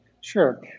Sure